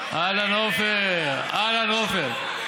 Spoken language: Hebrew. אהלן עפר, אהלן עפר.